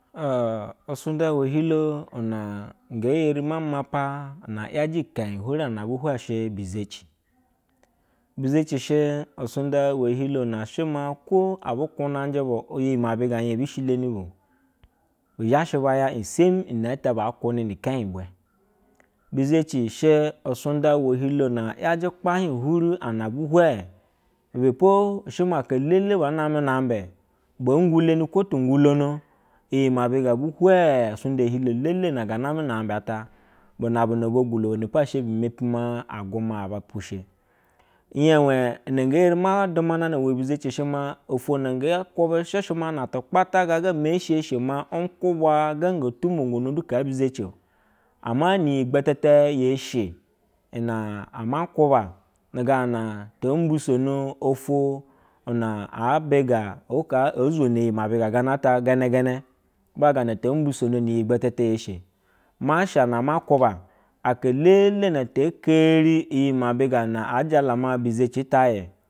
Ṉ lasumda we hilo una geevma mapa na yajɛ kenyi huri ana ve huleshe bizeci zecir shi usumda we hilo na shima klo abu kunajɛ iyi mabiga yan ebishilebu, bu zha she sem inete ba kwanuni ni kenyi bwe bizaci sheusurda hee hilo na yaje ukpahi huribwe hwee ibepo shema aka elele baname, na ambi ba nguda ko ngwono iyi mabiga bwe hwa usunda ehilo lelena ga name na ambi ata bana bana bo gulo wenepo emeoi ma aguma aba pushe iye nenge erima dumana ive bizeci shema oto na ga ku be she she natu icpata gaga me ehsa shɛ ma nku bwa ga go tumo du ka bizacio, ama niyi gbetete ye she ina ama hyba gana to mbe sono oto na abbiga wohoa ozono yi ma bigata genegene ma gana to mbisoniyi gbetete yeshe, masha ama leuba aualele na le kevi iri mabina aja lama bizecita ye